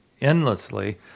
endlessly